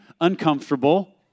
uncomfortable